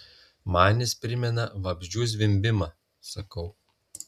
man jis primena vabzdžių zvimbimą sakau